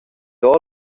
ora